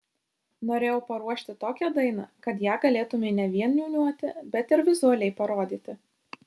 norėjau paruošti tokią dainą kad ją galėtumei ne vien niūniuoti bet ir vizualiai parodyti